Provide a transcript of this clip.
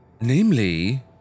Namely